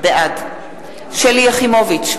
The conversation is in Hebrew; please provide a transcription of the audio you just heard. בעד שלי יחימוביץ,